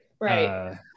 right